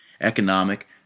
economic